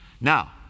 Now